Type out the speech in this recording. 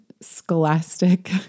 scholastic